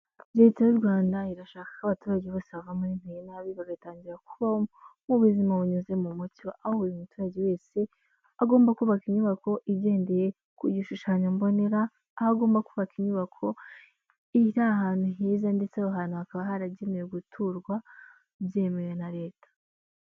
Leta y'u rwanda irashaka ko abaturage bose bava muri ntuye nabi bagatangira kubaho mu buzima bunyuze mu mucyo, aho buri muturage wese agomba kubaka inyubako igendeye ku gishushanyo mbonera, aho agomba kubaka inyubako iri ahantu heza ndetse aho hantu hakaba haragenewe guturwa byemewe na Leta.